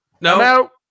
No